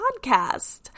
podcast